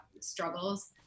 struggles